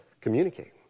communicate